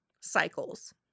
cycles